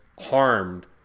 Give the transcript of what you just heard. harmed